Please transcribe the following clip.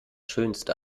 schönste